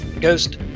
Ghost